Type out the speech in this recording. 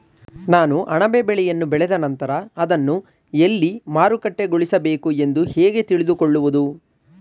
ನಾನು ಅಣಬೆ ಬೆಳೆಯನ್ನು ಬೆಳೆದ ನಂತರ ಅದನ್ನು ಎಲ್ಲಿ ಮಾರುಕಟ್ಟೆಗೊಳಿಸಬೇಕು ಎಂದು ಹೇಗೆ ತಿಳಿದುಕೊಳ್ಳುವುದು?